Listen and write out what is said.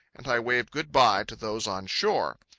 and i waved good-bye to those on shore.